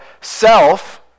self